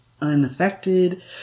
unaffected